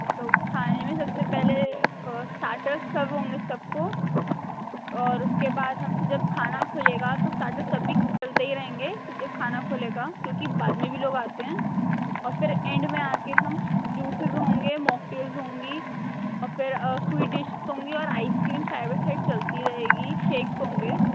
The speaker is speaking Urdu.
تو کھانے میں سب سے پہلے اسٹاٹرز سرو ہوں گے سب کو اور اس کے بعد ہم سے جب کھانا کھلے گا تو اسٹاٹرز تب بھی چلتے ہی رہیں گے جو کھانا کھلے گا کیونکہ بعد میں بھی لوگ آتے ہیں اور پھر اینڈ میں آ کے ہم جوسیز ہوں گے موکٹیلز ہوں گی اور پھر سویٹ ڈشز ہوں گی اور ice cream side by side چلتی رہے گی شیکس ہوں گے